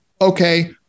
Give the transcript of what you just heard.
Okay